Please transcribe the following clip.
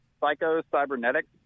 Psycho-Cybernetics